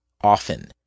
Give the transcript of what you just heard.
often